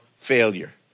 failure